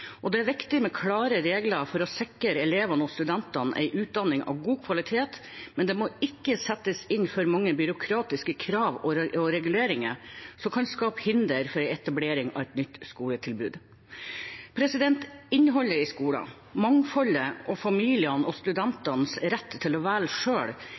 Det er viktig med klare regler for å sikre elevene og studentene en utdanning av god kvalitet, men det må ikke settes inn for mange byråkratiske krav og reguleringer som kan skape hinder for etablering av et nytt skoletilbud. Innholdet i skolen, mangfoldet og familienes og